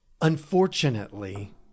Unfortunately